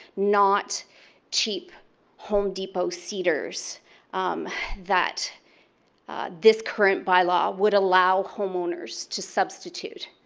not cheap home depot cedars that this current by law would allow homeowners to substitute.